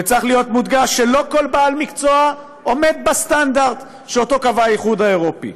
וצריך להיות מודגש שלא כל בעל מקצוע עומד בסטנדרט שקבע האיחוד האירופי,